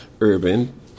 Urban